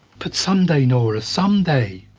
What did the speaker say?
but some day, nora some day?